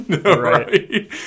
Right